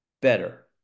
better